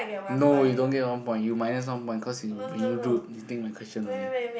no you don't get one point you minus one point cause you being rude you steal my question away